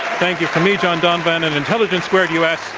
thank you from me, john donvan, and intelligence squared u. s.